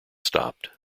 stopped